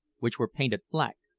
which were painted black.